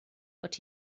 but